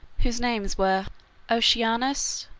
whose names were oceanus,